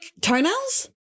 toenails